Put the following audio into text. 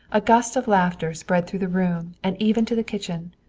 a gust of laughter spread through the room and even to the kitchen.